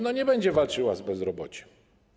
Nie będzie walczyła z bezrobociem.